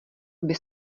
bys